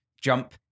jump